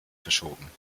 verschoben